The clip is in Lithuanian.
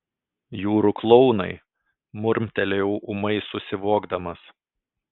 jūrų klounai murmtelėjau ūmai susivokdamas